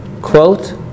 Quote